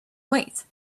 weight